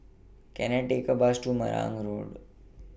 Can I Take A Bus to Marang Road